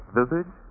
visage